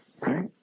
Right